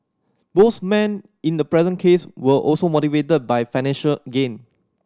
both men in the present case were also motivated by financial gain